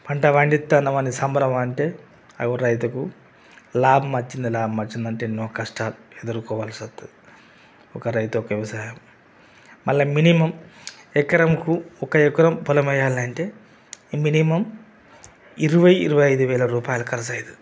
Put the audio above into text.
పంట పండితున్నాము అని సంబరమంటే రైతుకు లాభం వచ్చింది లే లాభం ఎన్నో కష్టాలు ఎదురుకోవాల్సి వస్తుంది ఒక రైతు ఒక వ్యవసాయం మళ్ళ మినిమం ఎకరం కు ఒక ఎకరం పొలం వేయాలంటే మినిమం ఇరవై ఇరవై ఐదు వేల రూపాయలు ఖర్చు అయితాది